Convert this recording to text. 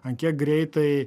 an kiek greitai